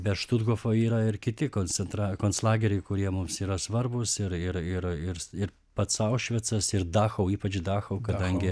be štuthofo yra ir kiti koncentra konclageriai kurie mums yra svarbūs ir ir ir ir ir pats aušvicas ir dachau ypač dachau kadangi